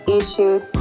issues